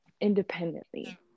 independently